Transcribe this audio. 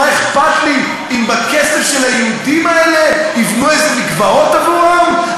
מה אכפת לי אם בכסף של היהודים האלה יבנו איזה מקוואות עבורם,